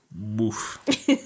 Woof